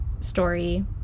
story